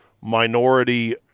minority